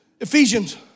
Ephesians